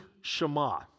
Shema